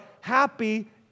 happy